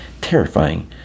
terrifying